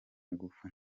ngufu